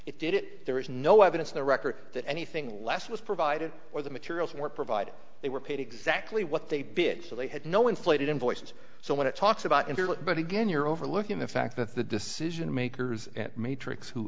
it did it there is no evidence no record that anything less was provided or the materials were provided they were paid exactly what they did so they had no inflated invoices so when it talks about interest but again you're overlooking the fact that the decision makers at matrix who